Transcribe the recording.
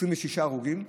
26 הרוגים,